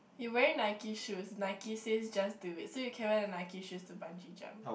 you wearing Nike shoes Nike says just do it so you can wear the Nike shoes to bungee jump